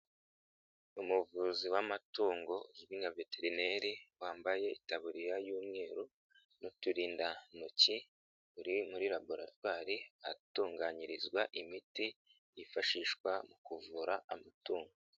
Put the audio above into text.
Umuvuzi w'amatungo uzwi nka veterineri wambaye itaburiya y'umweru n'uturindantoki, uri muri laboratwari ahatunganyirizwa imiti yifashishwa mu kuvura amatungo.